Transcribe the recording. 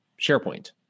SharePoint